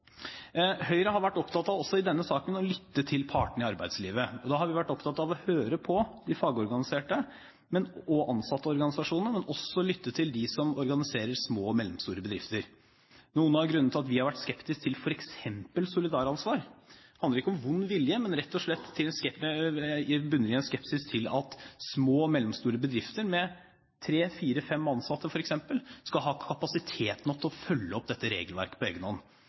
Høyre har vært opptatt av også i denne saken å lytte til partene i arbeidslivet. Vi har vært opptatt av å høre på de fagorganiserte og ansatteorganisasjonene, men også å lytte til dem som organiserer små og mellomstore bedrifter. Noen av grunnene til at vi har vært skeptiske til f.eks. solidaransvar, handler ikke om vond vilje, men det bunner rett og slett i en skepsis til at små og mellomstore bedrifter med tre–fire–fem ansatte, f.eks., skal ha kapasitet nok til å følge opp dette regelverket på